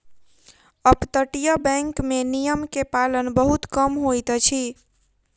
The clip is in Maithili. अपतटीय बैंक में नियम के पालन बहुत कम होइत अछि